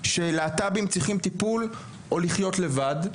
שלהט"בים צריכים טיפול או לחיות לבד.